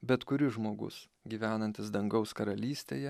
bet kuris žmogus gyvenantis dangaus karalystėje